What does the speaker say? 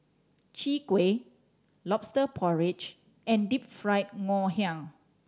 Chwee Kueh Lobster Porridge and Deep Fried Ngoh Hiang